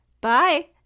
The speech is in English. bye